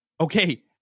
okay